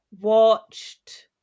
watched